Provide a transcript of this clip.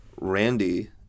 Randy